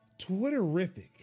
twitterific